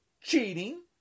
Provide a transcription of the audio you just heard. cheating